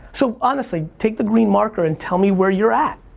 so honestly, take the green marker and tell me where you're at.